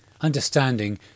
Understanding